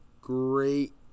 great